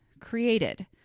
created